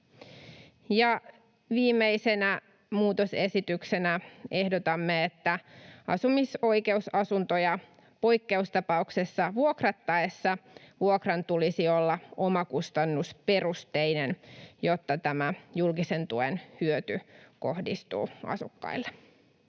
viimeisenä muutosesityksenä ehdotamme, että asumisoikeusasuntoja poikkeustapauksessa vuokrattaessa vuokran tulisi olla omakustannusperusteinen, jotta tämä julkisen tuen hyöty kohdistuu asukkaille.